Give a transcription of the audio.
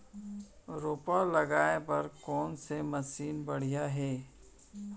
रोपा लगाए बर कोन से मशीन बढ़िया हे?